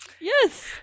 Yes